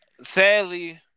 sadly